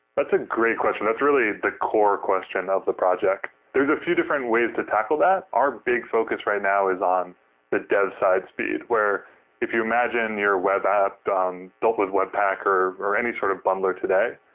that's a great question. that's really the core question of the project. there are a few different ways to tackle that. our big focus right now is on the dev-side speed, where if you imagine your web app um built with webpack or or any sort of bundler today,